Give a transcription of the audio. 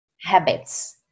habits